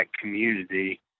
community